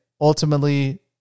ultimately